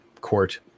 court